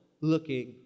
looking